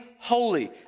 holy